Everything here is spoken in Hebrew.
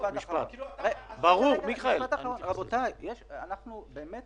אנחנו באמת